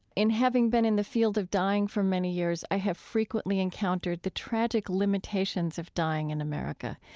in having been in the field of dying for many years, i have frequently encountered the tragic limitations of dying in america.